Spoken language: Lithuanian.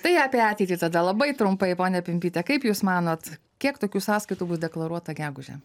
tai apie ateitį tada labai trumpai pone pimpyte kaip jūs manot kiek tokių sąskaitų bus deklaruota gegužę